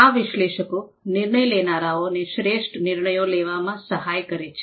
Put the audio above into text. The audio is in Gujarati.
આ વિશ્લેષકો નિર્ણય લેનારાઓને શ્રેષ્ઠ નિર્ણયો લેવામાં સહાય કરે છે